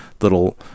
little